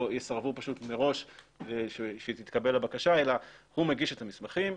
יסרבו מראש שתתקבל הבקשה אלא הוא מגיש את המסמכים,